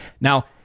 Now